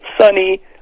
sunny